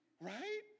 right